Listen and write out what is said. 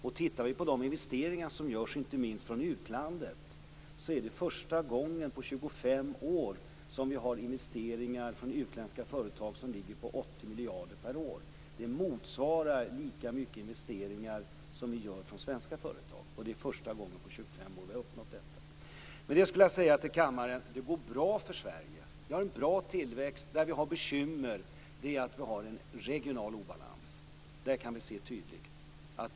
Om vi ser på de investeringar som görs, inte minst från utlandet, är det första gången på 25 år som vi har investeringar från utländska företag på 80 miljarder per år. Det motsvarar de investeringar vi gör från svenska företag. Det är första gången på 25 år som vi uppnått detta. Med detta vill jag säga till kammaren att det går bra för Sverige. Vi har en bra tillväxt. Det bekymmer vi har är att vi har en regional obalans.